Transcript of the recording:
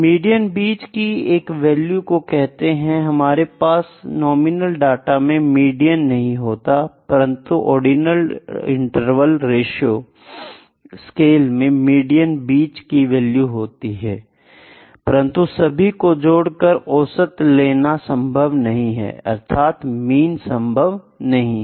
median बीच की एक वैल्यू को कहते हैं हमारे पास नॉमिनल डाटा में मीडियन नहीं होता परंतु ऑर्डिनल इंटरवल रेश्यो स्केल में मीडियन बीच की वैल्यू होती है परंतु सभी को जोड़कर औसत लेना संभव नहीं है अर्थात मीन संभव नहीं है